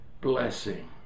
blessing